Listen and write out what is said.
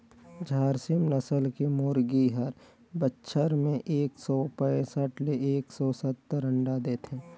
झारसीम नसल के मुरगी हर बच्छर में एक सौ पैसठ ले एक सौ सत्तर अंडा देथे